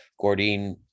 Gordine